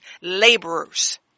laborers